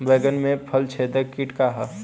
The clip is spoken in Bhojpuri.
बैंगन में फल छेदक किट का ह?